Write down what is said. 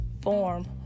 form